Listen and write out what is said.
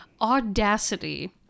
audacity